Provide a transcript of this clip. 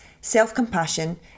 self-compassion